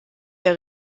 der